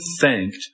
thanked